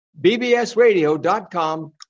bbsradio.com